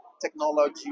technology